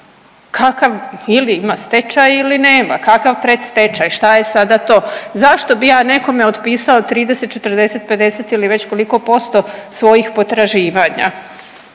Kakav, ili ima stečaj ili nema, kakav predstečaj, šta je sada to. Zašto bi ja nekome otpisao 30, 40, 50 ili već koliko posto svojih potraživanja?